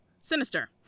Sinister